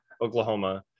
Oklahoma